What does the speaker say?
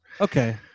okay